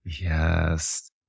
yes